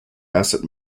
asset